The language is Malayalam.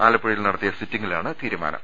ആലപ്പുഴയിൽ നട ത്തിയ സിറ്റിങ്ങിലാണ് തീരുമാനം